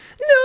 No